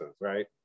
right